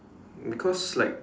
because like